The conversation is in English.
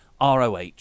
ROH